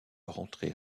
rentrer